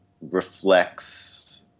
reflects